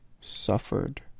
suffered